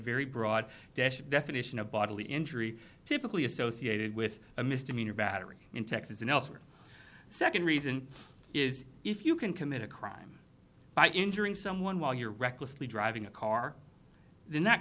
very broad definition of bodily injury typically associated with a misdemeanor battery in texas and elsewhere the second reason is if you can commit a crime by injuring someone while you're recklessly driving a car then that